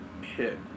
hit